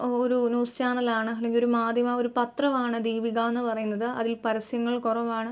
ഒരു ന്യൂസ് ചാനലാണ് അല്ലെങ്കിലൊരു മാദ്ധ്യമ ഒരു പത്രമാണ് ദീപികാന്ന് പറയുന്നത് അതിൽ പരസ്യങ്ങൾ കുറവാണ്